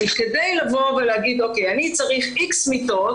כדי להגיד: אני צריך איקס מיטות